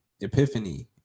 epiphany